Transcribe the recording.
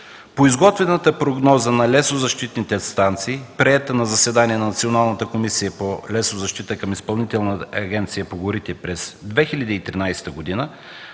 По изготвената прогноза на лесозащитните станции, приета на заседание на Националната комисия по лесозащита към Изпълнителната агенция по горите, през 2013 г.